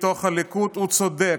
בתוך הליכוד, הוא צודק.